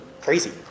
crazy